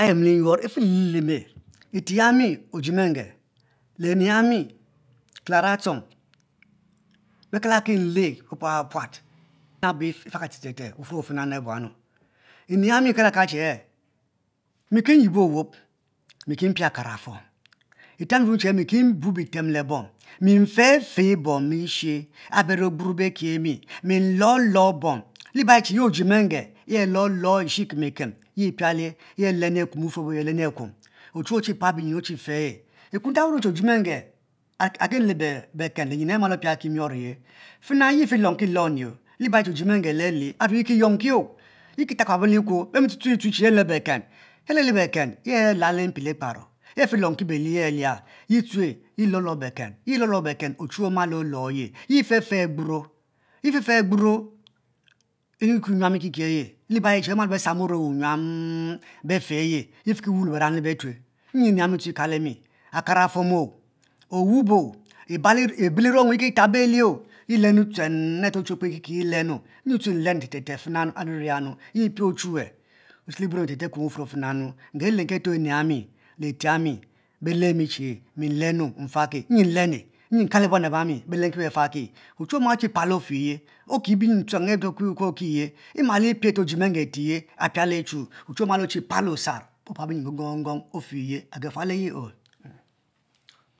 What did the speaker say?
Emeliyou efelime, eteyami ojie mengene ehami clara Achong beka lake nle puat puat puat abe fa ka te te te wufuor abu fwanu, ne hami ka la ka lo che e mi ki yibo owop mi ki pia akarafuom, te ami rue chi mi kimbu wutem le bom mi nfe fe bom eshe mi ki bu wutem le bom abe beri ogbuo beki emi, mi lolo bom leba ayi che le ojie menge, he alo lo eshe ekem ekem, he piale ne alen ne akum befuor abe e aleune akum, ochuwue ochi pal biyim ochi fe ne, ekun tak iri ele ofie menghe agele beken le nyin amal ofie aki mior ele, fena ye efie lon kiloni liba che ofie menge alele liba kiyouka ye kitab kubo likuo, bemi tue yue lue tue tue liba che le ale bekan, he ale le bekan le alal le mpi akpano le afilonki be le alia ye tue yelolo beken ochuwue oma lo lo ye, ye fefe agburo ye fe fe agburo youo nyuam ekiki eye bemalo be sam ome awu nyuam be fe ye ye fikiwu le berang betue nyi eneh eha mi ekahemi, akarafuomo, owop ibe inong oo ye kitabo lie ye lenu tuel are ochue okpe ki lenu nyi tue nlenu te te te fina ayinna. yi pie ochuwe ngeri nlenki are ne ehami aite yami be le mi che minlenu nfaki, nyi nlenu nyi nka lo buan abami be lenki befaki ochuwue omalo ochi okiye, imel epie are ojie menge iteye apiale achu osar opal binyi yongou you ofe yi agufuale yi o